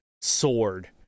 sword